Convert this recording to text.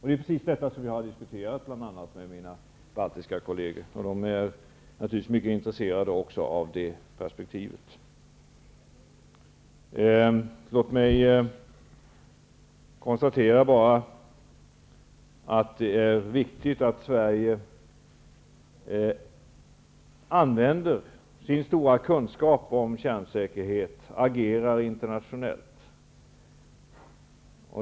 Det är precis detta som jag har diskuterat, bl.a. med mina baltiska kolleger, och de är naturligtvis också mycket intresserade av det perspektivet. Låt mig bara konstatera att det är viktigt att Sverige använder sin stora kunskap om kärnsäkerhet och agerar internationellt.